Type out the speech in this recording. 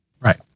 Right